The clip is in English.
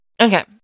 okay